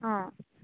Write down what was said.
অঁ